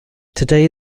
today